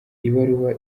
ibaruwa